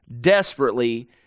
desperately